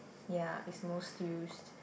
ya it's most used